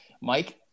Mike